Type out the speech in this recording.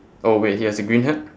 oh wait he has a green hat